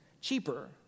cheaper